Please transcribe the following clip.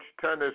Tennis